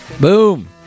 Boom